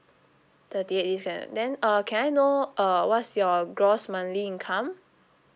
thirty eight this year then uh can I know uh what's your gross monthly income